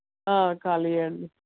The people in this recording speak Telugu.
ఖాళీయా అండి